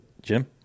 Jim